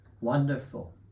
Wonderful